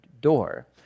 door